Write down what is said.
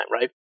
right